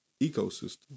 ecosystem